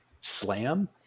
slam